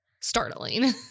startling